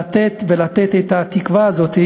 לתת, לתת את התקווה הזאת,